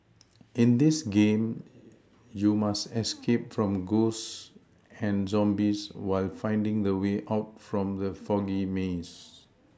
in this game you must escape from ghosts and zombies while finding the way out from the foggy maze